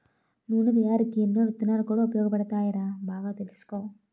నూనె తయారికీ ఎన్నో విత్తనాలు కూడా ఉపయోగపడతాయిరా బాగా తెలుసుకో